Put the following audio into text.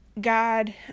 God